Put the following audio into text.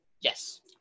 Yes